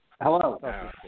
Hello